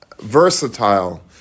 versatile